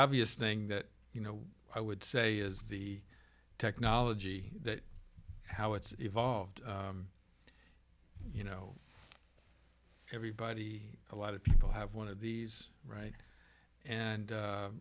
obvious thing that you know i would say is the technology that how it's evolved you know everybody a lot of people have one of these right